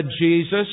Jesus